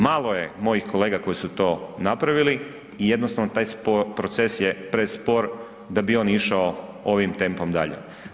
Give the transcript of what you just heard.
Malo je mojih kolega koji su to napravili i jednostavno taj proces je prespor da bi on išao ovim tempom dalje.